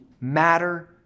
matter